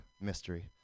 mystery